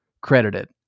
credited